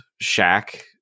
shack